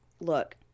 Look